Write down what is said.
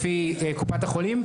לפי קופת החולים,